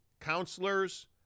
counselors